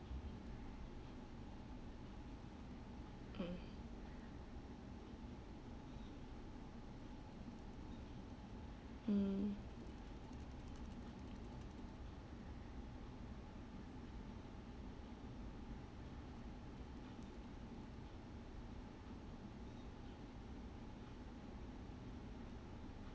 mm mm